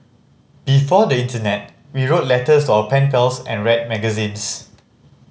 before the internet we wrote letters to our pen pals and read magazines